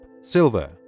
silver